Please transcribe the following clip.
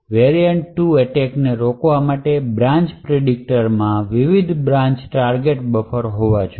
variant 2 એટેકને રોકવા માટે બ્રાન્ચ પ્રિડીકટરમાં વિવિધ બ્રાન્ચ ટાર્ગેટ બફર હોવા જોઈએ